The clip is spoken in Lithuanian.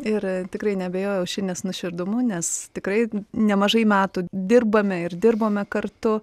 ir tikrai neabejoju aušrinės nuoširdumu nes tikrai nemažai metų dirbame ir dirbome kartu